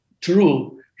true